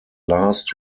last